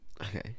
Okay